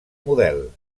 model